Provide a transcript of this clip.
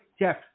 Jeff